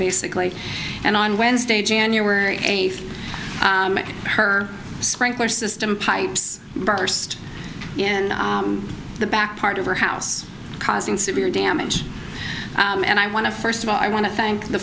basically and on wednesday january eighth her sprinkler system pipes burst in the back part of her house causing severe damage and i want to first of all i want to thank the